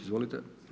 Izvolite.